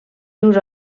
rius